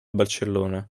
barcellona